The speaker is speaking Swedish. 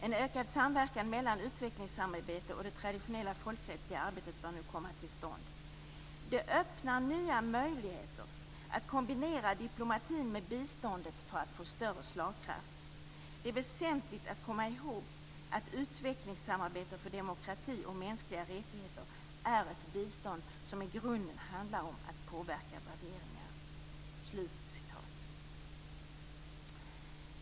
En ökad samverkan mellan utvecklingssamarbetet och det traditionella folkrättsliga arbetet bör nu komma till stånd. Det öppnar nya möjligheter att kombinera diplomatin med biståndet för att få större slagkraft. - Det är väsentligt att komma ihåg att utvecklingssamarbetet för demokrati och mänskliga rättigheter är ett bistånd som i grunden handlar om att påverka värderingar."